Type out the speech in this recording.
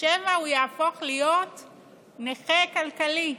שמא הוא יהפוך להיות נכה כלכלית,